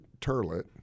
turlet